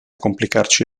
complicarci